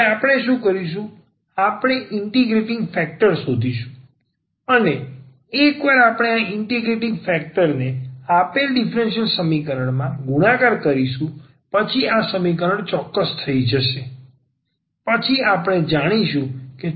હવે આપણે શું કરીશું આપણે ઇન્ટિગ્રેટીંગ ફેક્ટર શોધીશું અને એકવાર આપણે આ ઇન્ટિગ્રેટિંગ ફેક્ટરને આપેલા ડિફરન્સલ સમીકરણ માં ગુણાકાર કરીશું પછી આ સમીકરણ ચોક્કસ થઈ જશે